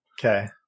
Okay